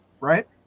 Right